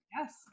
Yes